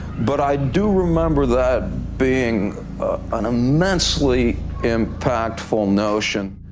but i do remember that being an immensely impactful notion.